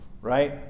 right